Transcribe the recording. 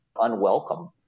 unwelcome